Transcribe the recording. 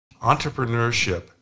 entrepreneurship